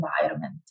environment